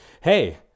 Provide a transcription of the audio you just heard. Hey